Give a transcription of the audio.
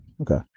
Okay